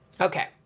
Okay